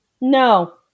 No